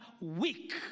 weak